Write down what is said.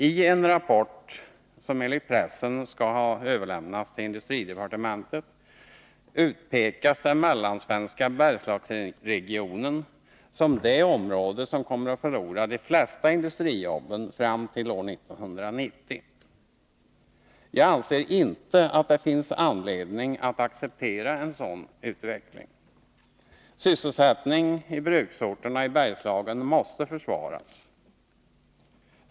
I en rapport som enligt pressen skall ha överlämnats till industridepartementet utpekas den mellansvenska Bergslagsregionen som det område som kommer att förlora de flesta industrijobben fram till år 1990. Jag anser inte att det finns anledning att acceptera en sådan utveckling. Sysselsättningen i bruksorterna i Bergslagen måste försvaras.